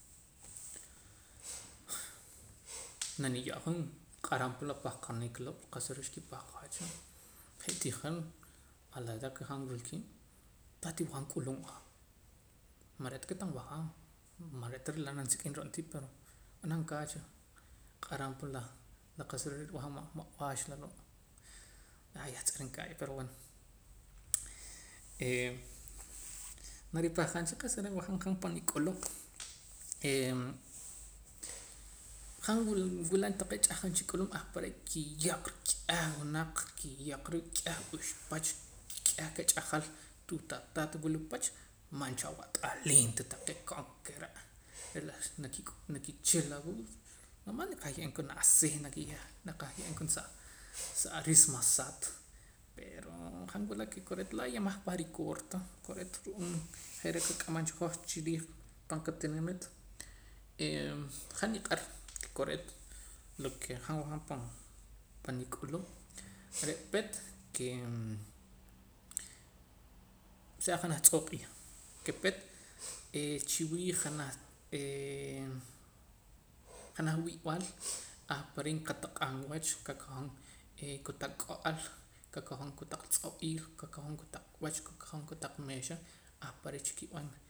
Nayo'ja q'aram pa la pahqanik loo' qa'sa re' xkipahqaa cha je'tii han a la edad ke han wilkiin tah tii wajaam k'ulub'ja man re'ta ke tan wajaam man re'ta laa nanisik'im ro'ntii pero b'anam kaach reh q'aram pa laa la qa'sa re' rajaam ma' b'aax loo' a yah tz'irinka'ya pero bueno naripahqaam cha qa'sa re' wajaam han panik'ulub' e han wul wulam taqee' ch'ahqom cha k'ulub' ahpare' ki'yoq ra k'eh wunaq kiyoq ra k'eh uxpach k'eh kach'ajal atuut ataat wula pach man cha awat'aliim ta taqee' konkere' re' nakichila awuu' nomas kah kiye'eem janaj asiij y ya nakaj ye'eem koon sa sa ariis masat pero han wula' kore'eet loo' ya maj parikoor ta kore'eet hoj re' re' qak'amam cha chirrij pan qatinimiit e han niq'ar kore'eet lo ke han wajaam pan nik'ulub' re' peet ke o sea janaj tz'oo' q'iij ke peet e chiwii' janaj ee janaj wi'b'al ahpare' qataq'aam wach qakojom ee kotaq k'o'el qakojom kotaq tz'o'il qakojom kotaq b'ach qakojom kotaq meexa ahpare' chikib'an